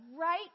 right